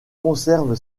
conserve